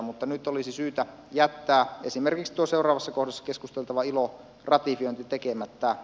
mutta nyt olisi syytä jättää esimerkiksi tuo seuraavassa kohdassa keskusteltava ilo ratifiointi tekemättä